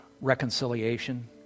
reconciliation